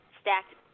stacked